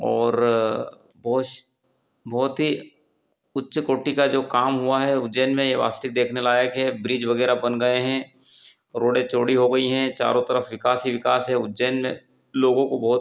और बहुत बहुत ही उच्च कोटि का जो काम हुआ है उज्जैन में वास्तविक देखने लायक है ब्रिज वगैरह बन गए हें रोडें चौड़ी हो गई हैं चारों तरफ विकास ही विकास है उज्जैन लोगों को बहुत